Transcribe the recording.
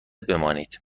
بمانید